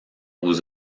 aux